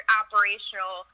operational